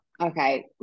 Okay